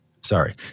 sorry